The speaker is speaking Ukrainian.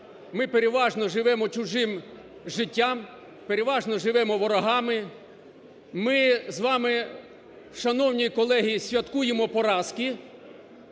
Ми переважно живемо чужим життям, переважно живемо ворогами. Ми з вами, шановні колеги, святкуємо поразки